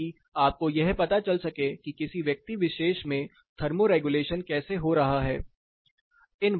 ताकि आपको यह पता चल सके कि किसी व्यक्ति विशेष में थर्मो रेग्यूलेशन कैसे हो रहा है